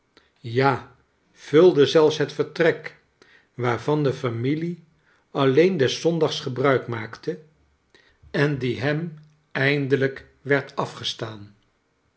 ja vulde zelfs het vertrek waarvan de familie alleen des zondags gebruik maakte en die hem eindelijk werd afgestaan